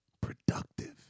Productive